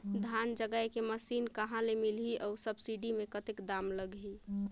धान जगाय के मशीन कहा ले मिलही अउ सब्सिडी मे कतेक दाम लगही?